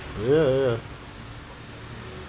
ya ya